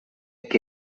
que